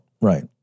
right